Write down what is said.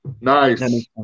Nice